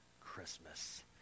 Christmas